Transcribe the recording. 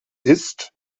ist